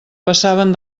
passaven